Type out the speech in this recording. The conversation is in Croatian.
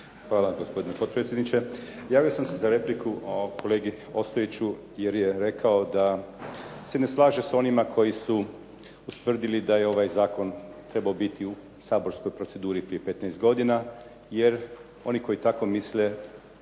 Hvala gospodine potpredsjedniče. Javio sam se za repliku kolegi Ostojiću, jer je rekao da se ne slaže s onima koji su ustvrdili da je ovaj zakon trebao biti u saborskoj proceduri prije 15 godina, jer oni koji tako misle